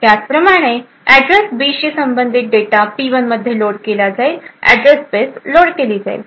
त्याचप्रमाणे address B शी संबंधित डेटा पी 1 मध्ये लोड केला जाईल अॅड्रेस स्पेस लोड केली जाईल